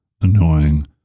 annoying